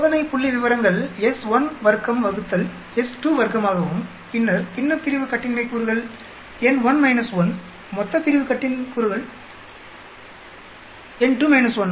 சோதனை புள்ளிவிவரங்கள் s1 வர்க்கம் வகுத்தல் s2 வர்க்கமாகவும் பின்னர் பின்னப்பிரிவு கட்டின்மை கூறுகள் n1 1 மொத்தப்பிரிவு கட்டினமாய் கூறுகள் is n2 1